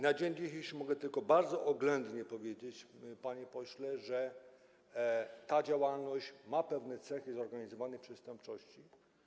Na dzień dzisiejszy mogę tylko bardzo oględnie powiedzieć, panie pośle, że ta działalność rzeczywiście ma pewne cechy zorganizowanej przestępczości.